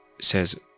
says